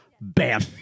Bam